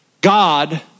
God